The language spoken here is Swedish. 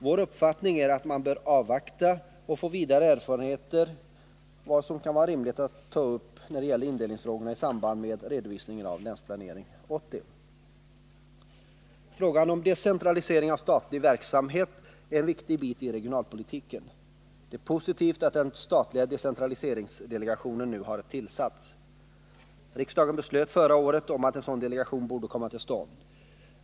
Vår uppfattning är att man bör avvakta och få ytterligare erfarenheter och att det kan vara rimligt att ta upp indelningsfrågorna i samband med redovisningen av Länsplanering 80. Frågan om decentralisering av statlig verksamhet är en viktig bit i regionalpolitiken. Det är positivt att den statliga decentraliseringsdelegationen nu har tillsatts. Riksdagen beslöt förra året om att en sådan delegation borde komma till stånd.